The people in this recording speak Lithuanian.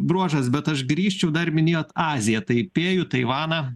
bruožas bet aš grįžčiau dar minėjot aziją taipėjų taivaną